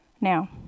Now